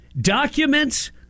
documents